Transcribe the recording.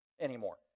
anymore